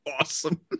awesome